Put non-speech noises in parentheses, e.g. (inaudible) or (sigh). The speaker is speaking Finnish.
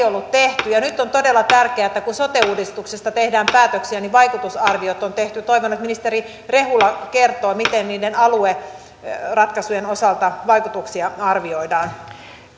(unintelligible) ollut tehty ja nyt on todella tärkeätä että kun sote uudistuksesta tehdään päätöksiä niin vaikutusarviot on tehty toivon että ministeri rehula kertoo miten niiden alueratkaisujen osalta vaikutuksia arvioidaan